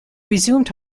resumed